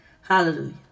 Hallelujah